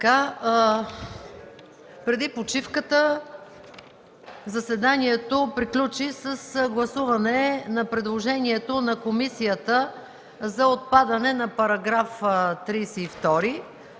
Преди почивката заседанието приключи с гласуване на предложението на комисията за отпадане на § 32,